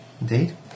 Indeed